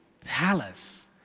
palace